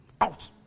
Out